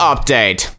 Update